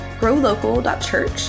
growlocal.church